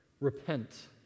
Repent